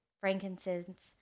frankincense